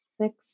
six